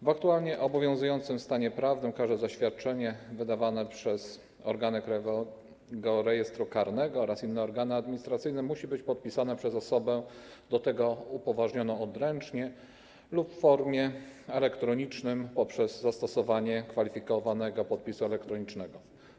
W aktualnie obowiązującym stanie prawnym każde zaświadczenie wydawane przez organy Krajowego Rejestru Karnego oraz inne organy administracyjne musi być podpisane przez osobę do tego upoważnioną odręcznie lub w formie elektronicznej poprzez zastosowanie kwalifikowanego podpisu elektronicznego.